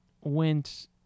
went